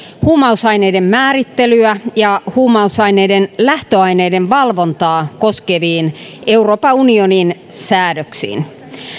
huumausaineiden määrittelyä ja huumausaineiden lähtöaineiden valvontaa koskeviin euroopan unionin säädöksiin